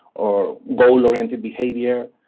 or goal oriented behaviour,